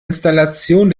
installation